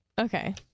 okay